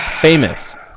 Famous